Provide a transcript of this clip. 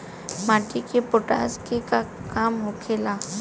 माटी में पोटाश के का काम होखेला?